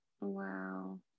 Wow